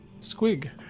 Squig